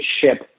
ship